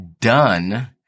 done